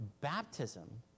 Baptism